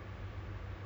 ya